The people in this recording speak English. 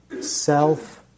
self